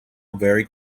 very